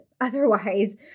otherwise